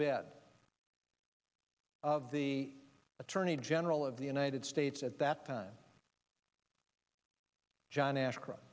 bed of the attorney general of the united states at that time john ashcroft